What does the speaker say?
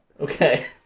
Okay